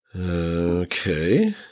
Okay